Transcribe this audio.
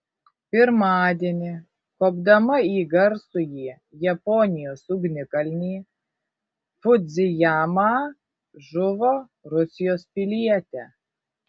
pirmadienį kopdama į garsųjį japonijos ugnikalnį fudzijamą žuvo rusijos pilietė